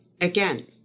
again